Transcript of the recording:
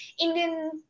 indian